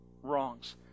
wrongs